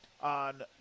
on